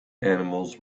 animals